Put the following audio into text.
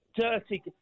Dirty